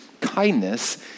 kindness